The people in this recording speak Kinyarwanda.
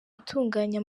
itunganya